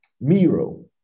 Miro